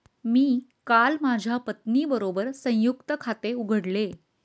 मी काल माझ्या पत्नीबरोबर संयुक्त खाते उघडले